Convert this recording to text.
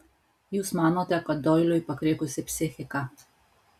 jūs manote kad doiliui pakrikusi psichika